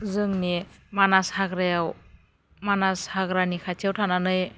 जोंनि मानास हाग्रायाव मानास हाग्रानि खाथियाव थानानै